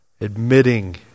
admitting